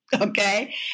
okay